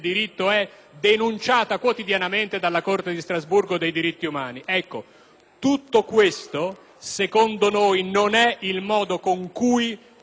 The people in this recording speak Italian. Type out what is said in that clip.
Tutto questo, secondo noi, non è il modo con cui si può combattere la criminalità organizzata tant'è vero che dopo